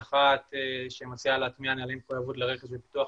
אחת שמציעה להטמיע נהלים --- לרכש ופיתוח